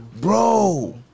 bro